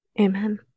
Amen